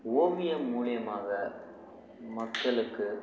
ஓவியம் மூலியமாக மக்களுக்கு